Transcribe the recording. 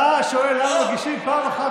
אתה שואל למה מגישים פעם אחת?